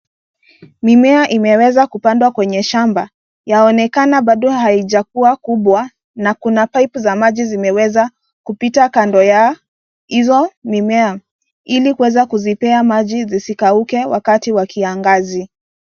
Mimea imeweza kupandwa kwenye shamba. Yaonekana bado haijakuwa kubwa na kuna pipe za maji ambazo zimeweza kupita kando ya hizo mimea ili kuweza kuzipea maji zisikauke wakati wa kiangazi.